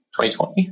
2020